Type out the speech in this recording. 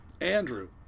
Andrew